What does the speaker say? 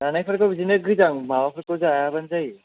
जानायफोरखौ बिदिनो गोजां माबाफोरखौ जायाब्लानो जायो